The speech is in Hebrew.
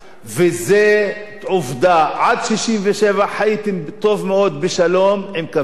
עד 1967 חייתם טוב מאוד בשלום עם קווי 1967. מה קרה?